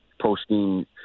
posting